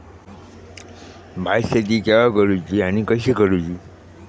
भात शेती केवा करूची आणि कशी करुची?